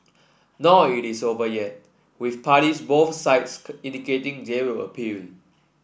nor it is over yet with parties both sides indicating they will appeal